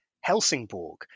Helsingborg